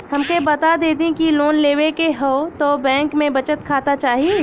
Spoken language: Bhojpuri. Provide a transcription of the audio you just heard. हमके बता देती की लोन लेवे के हव त बैंक में बचत खाता चाही?